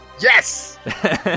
Yes